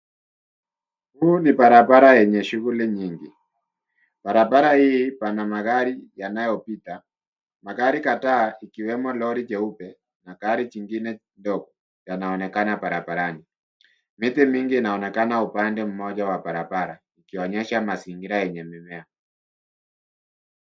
Huu ni barabara yenye shuguli nyingi. Barabara hii pana magari yanayopita, magari kadhaa ikiwemo lori jeupe na gari jingine dogo yanaonekana barabarani. Miti mingi inaonekana upande moja wa barabara ukionyesha mazingira yenye mimea.